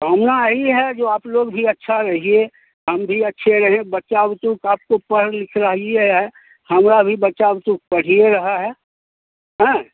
तो हम ना आई है जो आप लोग भी अच्छा रहिए हम भी अच्छे रहे बच्चा उच्चा तो सब पढ़ लिख रहिए है हमरा भी बच्चा उच्चा पढ़ ही रहा है हाँ